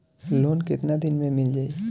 Loan कितना दिन में मिल जाई?